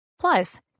Plus